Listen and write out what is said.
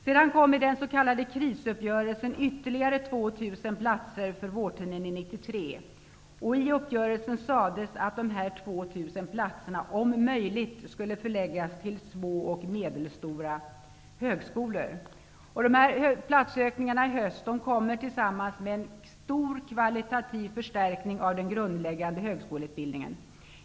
Sedan kom i den s.k. 2 000 platser om möjligt skulle förläggas till små och medelstora högskolor. Höstens platsökningar kommer tillsammans med en stor kvalitativ förstärkning av den grundläggande högskoleutbildningen.